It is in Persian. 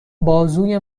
بازوی